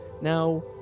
now